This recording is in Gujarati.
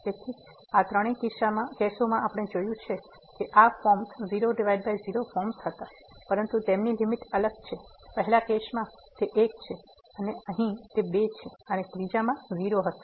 તેથી આ ત્રણેય કેસોમાં આપણે જોયું છે કે આ ફોર્મ્સ 00 ફોર્મ્સ હતા પરંતુ તેમની લીમીટ અલગ છે પહેલા કેસમાં તે 1 છે અહીં તે 2 છે અને ત્રીજો 0 છે